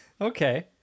okay